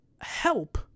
help